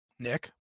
Nick